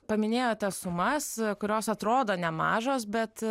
paminėjote sumas kurios atrodo nemažos bet